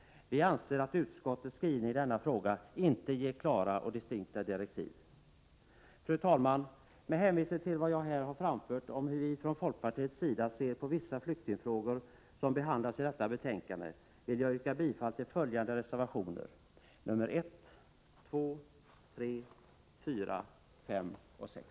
Vi anser att utskottets skrivning i denna fråga inte ger klara och distinkta direktiv. Fru talman! Med hänvisning till vad jag här har framfört om hur vi från folkpartiets sida ser på vissa flyktingfrågor som behandlas i detta betänkande vill jag yrka bifall till reservationerna 1, 2, 3, 4, 5 och 6.